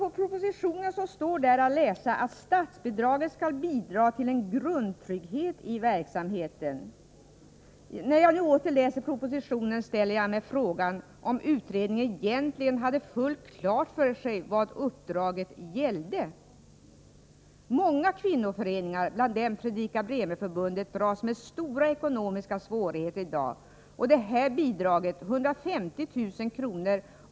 I propositionen står att läsa att statsbidraget skall bidra till en grundtrygghet i verksamheten. När jag nu åter läst propositionen ställer jag mig frågan om utredaren egentligen hade fullt klart för sig vad uppdraget gällde. Många kvinnoföreningar, bland dem Fredrika Bremer-förbundet, dras med stora ekonomiska svårigheter i dag, och detta bidrag — 150 000 kr.